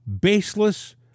baseless